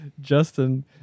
Justin